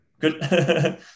Good